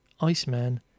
Iceman